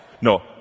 No